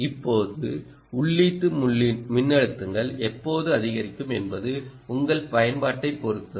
இப்போது உள்ளீட்டு மின்னழுத்தங்கள் எப்போது அதிகரிக்கும் என்பது உங்கள் பயன்பாட்டைப் பொறுத்தது